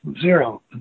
Zero